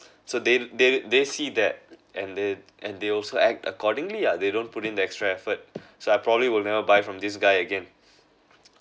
so they they they see that and they and they also act accordingly ah they don't put in the extra effort so I probably will never buy from this guy again